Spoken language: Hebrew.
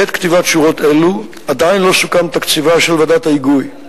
בעת כתיבת שורות אלה עדיין לא סוכם תקציבה של ועדת ההיגוי,